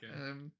okay